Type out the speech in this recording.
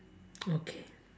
okay